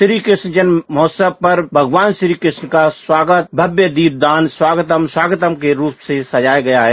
श्रीकृष्ण जन्म महोत्सव पर भगवान श्रीकृष्ण का स्वागत भव्य दीपदान स्वागतम स्वागतम के रूप से सजाया गया है